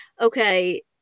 Okay